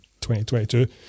2022